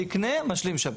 שיקנה משלים שב"ן.